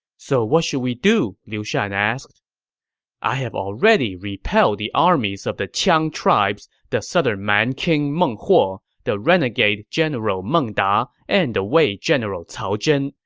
so what should we do? liu shan asked i have already repelled the armies of the qiang tribes, the southern man king meng huo, the renegade general meng da, and the wei general cao zhen,